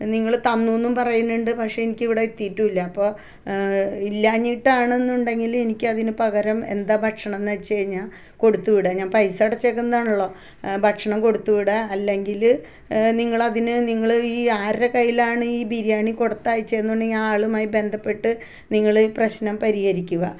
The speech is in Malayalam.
നിങ്ങൾ തന്നു എന്നും പറയുന്നുണ്ട് പക്ഷേ എനിക്കിവിടെ എത്തിയിട്ടുമില്ല അപ്പോൾ ഇല്ലാഞ്ഞിട്ടാണെന്നുണ്ടെങ്കിൽ എനിക്ക് അതിനുപകരം എന്താണ് ഭക്ഷണം എന്നുവെച്ചാൽ കഴിഞ്ഞ കൊടുത്തുവിടുക ഞാൻ പൈസ അടച്ചിരിക്കുന്നതാണല്ലോ ഭക്ഷണം കൊടുത്തുവിടുക അല്ലെങ്കിൽ നിങ്ങൾ അതിന് നിങ്ങൾ ആരുടെ കയ്യിലാണ് ഈ ബിരിയാണി കൊടുത്തയച്ചതെന്ന് വെച്ചാൽ ആ ആളുമായിട്ട് ബന്ധപ്പെട്ട് നിങ്ങൾ ഈ പ്രശ്നം പരിഹരിക്കുക